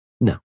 No